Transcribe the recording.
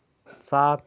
सात